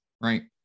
right